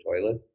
toilet